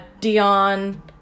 Dion